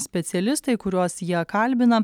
specialistai kuriuos jie kalbina